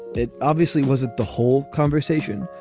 it obviously wasn't the whole conversation.